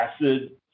acid